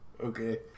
Okay